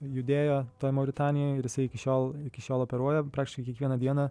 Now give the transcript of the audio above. judėjo toj mauritanijoj ir jis iki šiol iki šiol operuoja praktiškai kiekvieną dieną